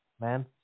man